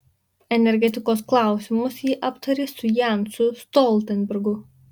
energetikos klausimus ji aptarė su jensu stoltenbergu